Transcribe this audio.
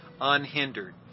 unhindered